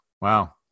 Wow